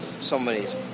somebody's